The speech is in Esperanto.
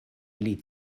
pli